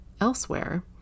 elsewhere